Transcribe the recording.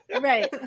Right